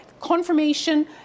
confirmation